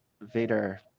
Vader